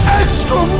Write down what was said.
extra